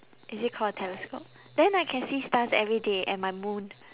is it called a telescope then I can see stars every day and my moon